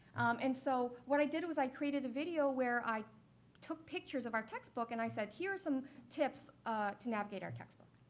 and so, what i did was i created a video where i took pictures of our text book and i said here are some tips to navigate our textbook.